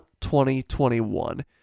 2021